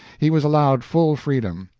he was allowed full freedom.